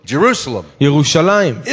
Jerusalem